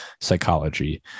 psychology